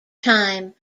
time